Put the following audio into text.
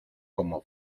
como